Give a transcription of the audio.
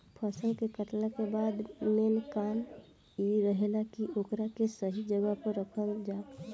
फसल के कातला के बाद मेन काम इ रहेला की ओकरा के सही जगह पर राखल जाव